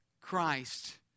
Christ